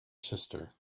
sister